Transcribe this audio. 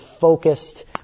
focused